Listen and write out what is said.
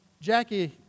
Jackie